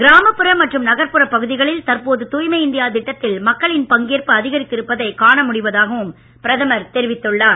கிராமப்புற மற்றும் நகர்ப்புற பகுதிகளில் தற்போது தூய்மை இந்தியா திட்டத்தில் மக்களின் பங்கேற்பு அதிகரித்து இருப்பதைக் காண முடிவதாகவும் பிரதமர் தெரிவித்துள்ளார்